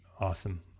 Awesome